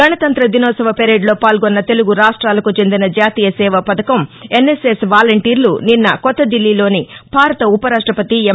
గణతంత్ర దినోత్సవ పరేడ్లో పాల్గొన్న తెలుగు రాష్ట్రాలకు చెందిన జాతీయ సేవా పథకం ఎన్ఎస్ఎస్ వాలంటీర్లు నిన్న కొత్త దిబ్లీలోని భారత ఉపరాష్ట్రపతి ఎం